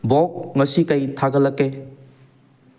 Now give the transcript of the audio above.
ꯕꯣꯛ ꯉꯁꯤ ꯀꯔꯤ ꯊꯥꯒꯠꯂꯛꯀꯦ